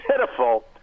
pitiful